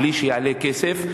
בלי שזה יעלה כסף,